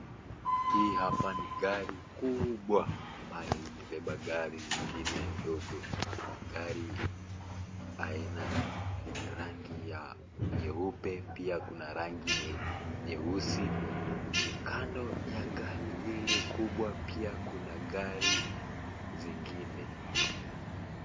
Hii hapa ni gari kubwa ambayo imebeba gari zingine ndogo. Gari aina rangi la nyeupe pia kuna rangi la nyeusi. Kando ya gari hili kubwa pia kuna zingine.